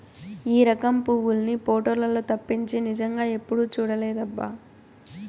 ఈ రకం పువ్వుల్ని పోటోలల్లో తప్పించి నిజంగా ఎప్పుడూ చూడలేదబ్బా